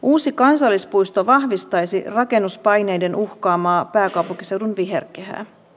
uusi kansallispuisto vahvistaisi rakennuspaineiden uhkaamaa pääkaupunkiseudun viherkehää